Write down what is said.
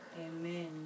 Amen